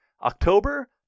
October